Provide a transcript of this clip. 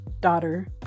daughter